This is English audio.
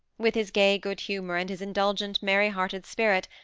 with his gay good humour, and his indulgent, merry-hearted spirit,